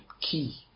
key